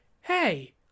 hey